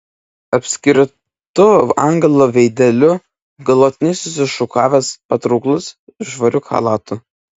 apskritu angelo veideliu glotniai susišukavęs patrauklus švariu chalatu